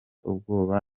ubwoba